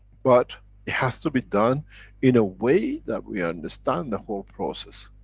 but it has to be done in a way that we understand the whole process.